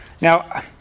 Now